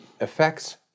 effects